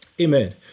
Amen